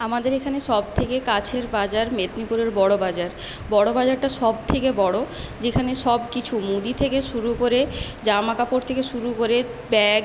আমাদের এখানে সবথেকে কাছের বাজার মেদনীপুরের বড়োবাজার বড় বাজারটা সব থেকে বড়ো যেখানে সব কিছু মুদি থেকে শুরু করে জামা কাপড় থেকে শুরু করে ব্যাগ